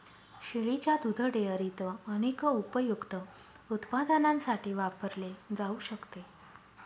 शेळीच्या दुध डेअरीत अनेक उपयुक्त उत्पादनांसाठी वापरले जाऊ शकते